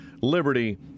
liberty